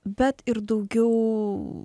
bet ir daugiau